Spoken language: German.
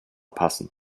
passen